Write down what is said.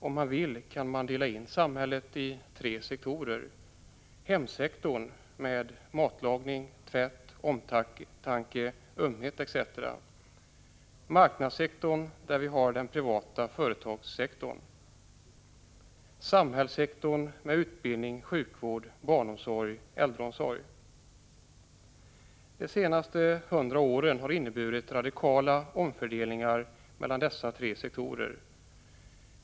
Om man vill kan man indela samhället i tre sektorer: —- Hemsektorn med matlagning, tvätt, omtanke, ömhet, etc. —- Marknadssektorn, där vi har den privata företagssektorn. —- Samhällssektorn, med utbildning, sjukvård, barnomsorg, äldreomsorg. De senaste 100 åren har inneburit radikala omfördelningar mellan dessa tre sektorer.